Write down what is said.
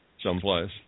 someplace